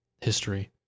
history